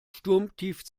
sturmtief